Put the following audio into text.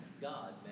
God